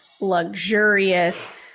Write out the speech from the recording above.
luxurious